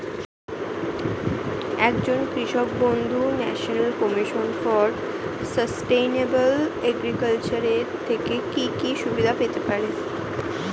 একজন কৃষক বন্ধু National Commission for Sustainable Agriculture এর থেকে কি কি সুবিধা পেতে পারে?